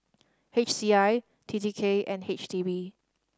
H C I T T K and H D B